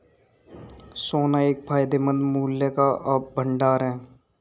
सोना एक फायदेमंद मूल्य का भंडार है